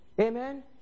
Amen